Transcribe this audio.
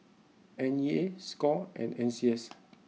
N E A score and N C S